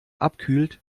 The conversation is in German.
abkühlt